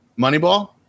Moneyball